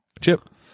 chip